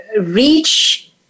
reach